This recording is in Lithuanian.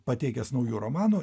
pateikęs naujų romanų